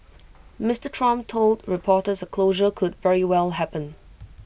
Mister Trump told reporters A closure could very well happen